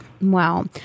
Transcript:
Wow